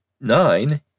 nine